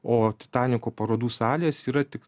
o titaniko parodų salės yra tik